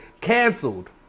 Canceled